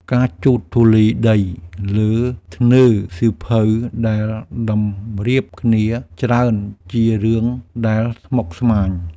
ការជូតធូលីដីលើធ្នើរសៀវភៅដែលតម្រៀបគ្នាច្រើន ជារឿងដែលស្មុគស្មាញ។